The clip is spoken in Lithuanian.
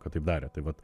kad taip darėt tai vat